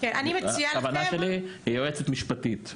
הכוונה שלי ליועצת המשפטית,